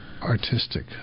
artistic